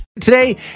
Today